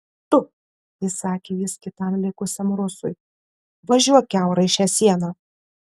tu įsakė jis kitam likusiam rusui važiuok kiaurai šią sieną